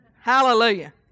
Hallelujah